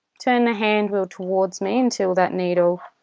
turn the hand wheel towards me until that needle